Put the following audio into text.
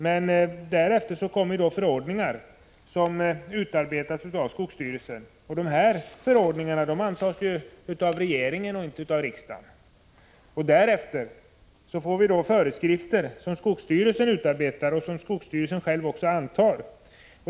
Men därefter kommer förordningar från skogsstyrelsen, och de förordningarna godkänns ju av regeringen, inte av riksdagen. Sedan utarbetas föreskrifter, och de antas av ledamöterna i skogsstyrelsen.